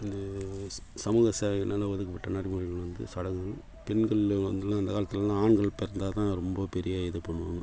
இது சமூக சேவை என்னென்ன ஒதுக்கபட்ட நடைமுறைகள் வந்து சடங்கு பெண்கள்லாம் வந்து அந்த காலத்திலலாம் ஆண்கள் பிறந்தால் தான் ரொம்ப பெரிய இது பண்ணுவோம்